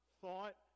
thought